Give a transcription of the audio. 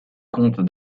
comte